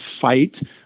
fight